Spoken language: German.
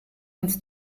ins